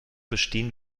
bestehen